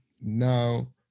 now